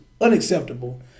unacceptable